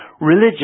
religion